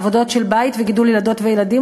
עבודות של בית וגידול ילדות וילדים,